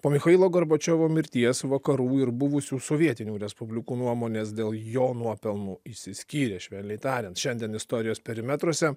po michailo gorbačiovo mirties vakarų ir buvusių sovietinių respublikų nuomonės dėl jo nuopelnų išsiskyrė švelniai tariant šiandien istorijos perimetruose